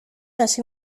hasi